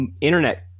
internet